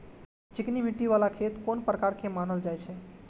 चिकनी मिट्टी बाला खेत कोन प्रकार के मानल जाय छै?